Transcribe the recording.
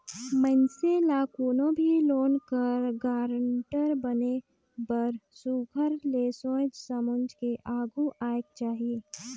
मइनसे ल कोनो भी लोन कर गारंटर बने बर सुग्घर ले सोंएच समुझ के आघु आएक चाही